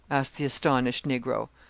asked the astonished negro.